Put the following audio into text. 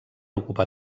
ocupar